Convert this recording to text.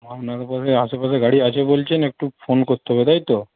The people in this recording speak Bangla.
আপনার পরে আশেপাশে গাড়ি আছে বলছেন একটু ফোন করতে হবে তাই তো